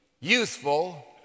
youthful